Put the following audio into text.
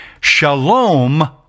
Shalom